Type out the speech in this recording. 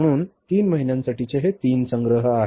बरोबर म्हणून 3 महिन्यासाठी हे 3 संग्रह आहेत